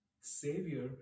Savior